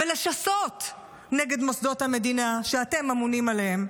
ולשסות נגד מוסדות המדינה שאתם אמונים עליהם,